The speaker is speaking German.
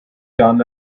jahren